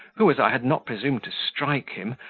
who, as i had not presumed to strike him,